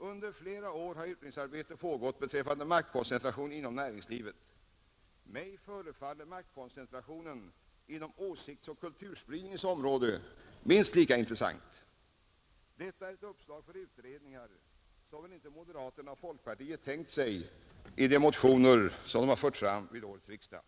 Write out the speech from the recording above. Under flera år har utredningsarbetet pågått beträffande maktkoncentrationen inom näringslivet, men mig förefaller maktkoncentrationen inom åsiktsoch kulturspridningens område minst lika intressant. Detta är ett uppslag för utredningar, som väl inte moderaterna och folkpartisterna har tänkt sig i de motioner som nu har förts fram vid årets riksdag.